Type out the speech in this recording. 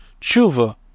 Tshuva